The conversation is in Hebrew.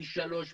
פי שלושה,